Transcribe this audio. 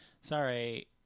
Sorry